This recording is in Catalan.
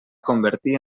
convertir